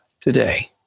today